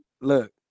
look